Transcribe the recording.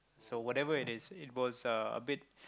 so whatever it is it was uh a bit